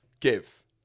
Give